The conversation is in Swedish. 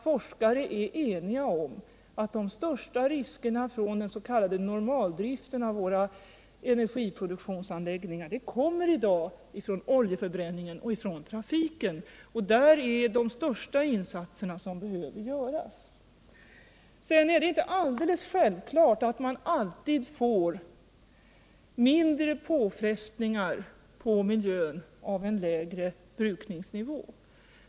Forskare är ju eniga om att de största riskerna från s.k. normaldrift av våra energiproduktionsanläggningar i dag kommer från oljeförbränningen och trafiken. Det är där de största insatserna behöver göras. Det är inte alldeles självklart att man alltid får mindre påfrestningar på miljön av en lägre brukningsnivå.